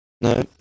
No